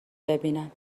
ببینم